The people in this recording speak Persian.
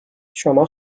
شما